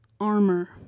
armor